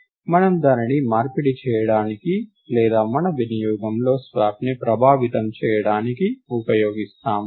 కాబట్టి మనము దానిని మార్పిడి చేయడానికి లేదా మన వినియోగంలో స్వాప్ను ప్రభావితం చేయడానికి ఉపయోగిస్తాము